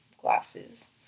glasses